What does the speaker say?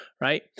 right